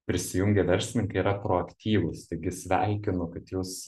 prisijungę verslininkai yra proaktyvūs taigi sveikinu kad jūs